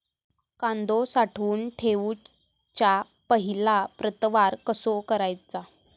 कांदो साठवून ठेवुच्या पहिला प्रतवार कसो करायचा?